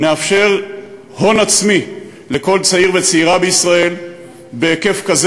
נאפשר הון עצמי לכל צעיר וצעירה בישראל בהיקף כזה